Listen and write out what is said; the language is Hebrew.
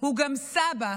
הוא גם סבא,